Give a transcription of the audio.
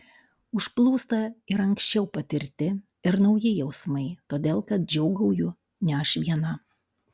užplūsta ir anksčiau patirti ir nauji jausmai todėl kad džiūgauju ne aš viena